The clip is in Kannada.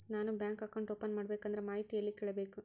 ನಾನು ಬ್ಯಾಂಕ್ ಅಕೌಂಟ್ ಓಪನ್ ಮಾಡಬೇಕಂದ್ರ ಮಾಹಿತಿ ಎಲ್ಲಿ ಕೇಳಬೇಕು?